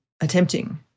attempting